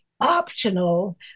optional